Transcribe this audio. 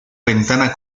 ventana